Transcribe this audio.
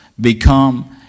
become